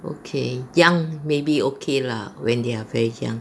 okay young maybe okay lah when they're very young